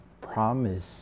promise